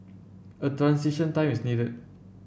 a transition time is needed